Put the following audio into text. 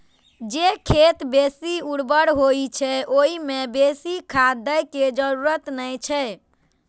जे खेत बेसी उर्वर होइ छै, ओइ मे बेसी खाद दै के जरूरत नै छै